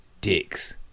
dicks